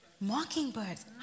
Mockingbirds